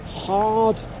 Hard